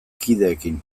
kideekin